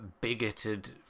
bigoted